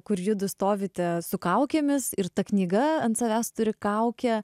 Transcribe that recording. kur judu stovite su kaukėmis ir ta knyga ant savęs turi kaukę